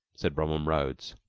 said bromham rhodes.